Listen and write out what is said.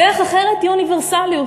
דרך אחת היא אוניברסליות.